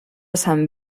sant